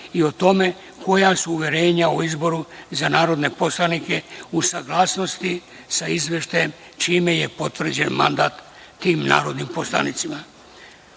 i o tome koja su uverenja o izboru za narodne poslanike u saglasnosti sa izveštajem, čime je potvrđen mandat tim narodnim poslanicima. Narodna